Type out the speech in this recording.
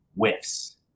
whiffs